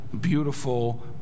beautiful